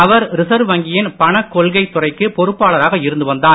அவர் reserve வங்கியின் பணக் கொள்கைத் துறைக்கு பொறுப்பாளராக இருந்து வந்தார்